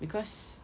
because